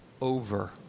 over